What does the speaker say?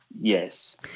Yes